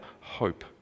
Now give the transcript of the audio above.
hope